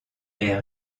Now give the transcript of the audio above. est